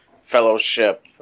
fellowship